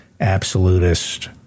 absolutist